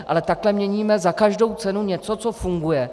Ale takhle měníme za každou cenu něco, co funguje.